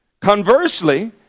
Conversely